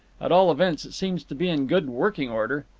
at all events it seems to be in good working order.